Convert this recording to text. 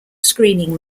screening